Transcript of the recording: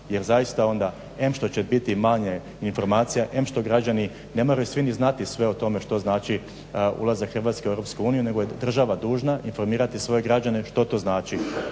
jer zaista onda, em što će biti manje informacija, em što građani ne moraju svi ni znati sve o tome što znači ulazak Hrvatske u EU, nego je država dužna informirati svoje građane što to znači.